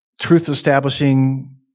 truth-establishing